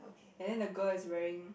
and then the girl is wearing